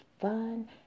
fun